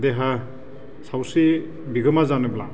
देहा सावस्रि बिगोमा जानोब्ला